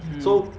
mm